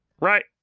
Right